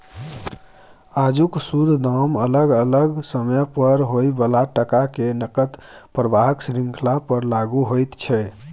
आजुक शुद्ध दाम अलग अलग समय पर होइ बला टका के नकद प्रवाहक श्रृंखला पर लागु होइत छै